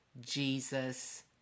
Jesus